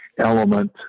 element